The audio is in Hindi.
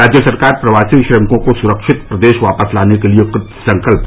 राज्य सरकार प्रवासी श्रमिकों को सुरक्षित प्रदेश वापस लाने के लिए कृतसंकल्प